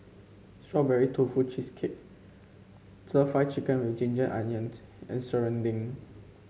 Strawberry Tofu Cheesecake stir Fry Chicken with Ginger Onions and serunding